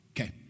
Okay